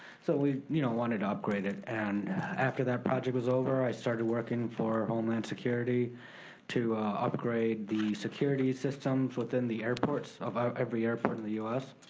so we you know wanted to upgrade it. and after that project was over i started workin' for homeland security to upgrade the security systems within the airports, of every airport in the us.